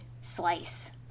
slice